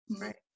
Right